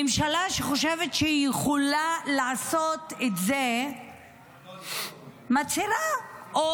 ממשלה שחושבת שהיא יכולה לעשות את זה מצהירה או